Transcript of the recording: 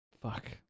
Fuck